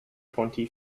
twenty